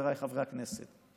חבריי חברי הכנסת: